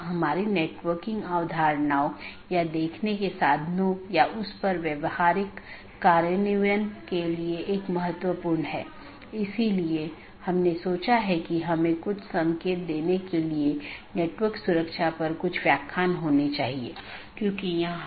यदि इस संबंध को बनाने के दौरान AS में बड़ी संख्या में स्पीकर हैं और यदि यह गतिशील है तो इन कनेक्शनों को बनाना और तोड़ना एक बड़ी चुनौती है